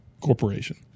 Corporation